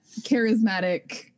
charismatic